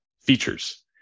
features